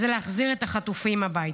זה להחזיר את החטופים הביתה.